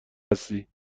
هستی